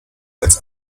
als